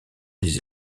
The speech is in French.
les